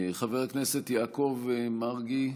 חבר הכנסת יעקב מרגי,